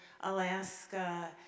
Alaska